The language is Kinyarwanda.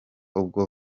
ubwo